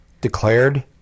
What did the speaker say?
declared